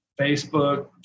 Facebook